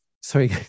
Sorry